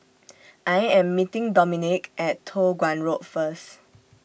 I Am meeting Domonique At Toh Guan Road First